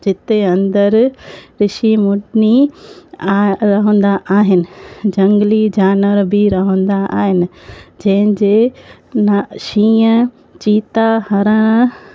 जिते अंदरि ॠषि मुनि रहंदा आहिनि जंगली जानवर बि रहंदा आहिनि जंहिंजे न शींहं चीता हरण